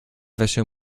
wäsche